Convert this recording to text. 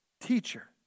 teacher